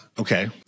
Okay